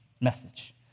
message